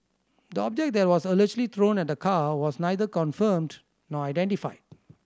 the object that was allegedly thrown at the car was neither confirmed nor identified